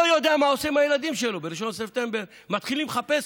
יודעים מה הם עושים עם הילדים שלהם וב-1 בספטמבר מתחילים לחפש.